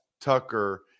Tucker